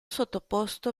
sottoposto